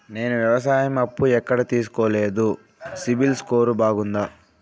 నేను వ్యవసాయం అప్పు ఎక్కడ తీసుకోలేదు, సిబిల్ స్కోరు బాగుందా?